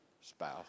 spouse